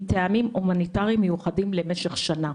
מטעמים הומניטריים מיוחדים למשך שנה.